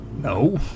No